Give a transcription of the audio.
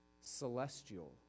celestial